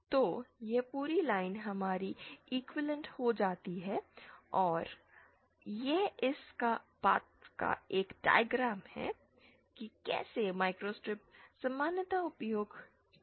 तो यह पूरी लाइन हमारी एक्विवैलेन्ट हो जाती है और यह इस बात का एक डायग्राम है कि कैसे माइक्रोस्ट्रिप सामान्यतः उपयोग किए जाते हैं